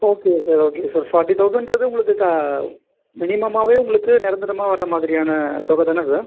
ஓகேங்க சார் ஓகேங்க sir forty தௌசண்ட்றது உங்களுக்கு க மினிமமாகவே உங்களுக்கு நிரந்தரமா வர மாதிரியான தொகை தானே சார்